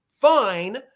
Fine